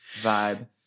vibe